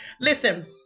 Listen